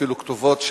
אפילו כתובות,